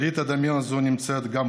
חברי הכנסת,